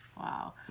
Wow